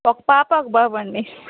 ఒక పాప ఒక బాబండి